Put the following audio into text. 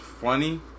funny